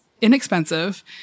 inexpensive